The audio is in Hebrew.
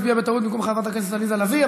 הצביע בטעות במקום חברת הכנסת עליזה לביא,